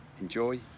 enjoy